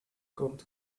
gold